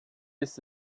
ist